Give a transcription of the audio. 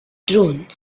drone